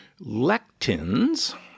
lectins